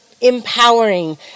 Empowering